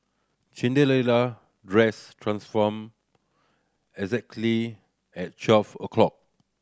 Cinderella dress transformed exactly at twelve o' clock